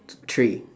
t~ three